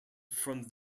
from